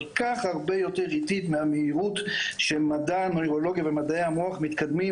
כך איטית מהמהירות שמדע הנוירולוגיה ומדעי המוח מתקדמים,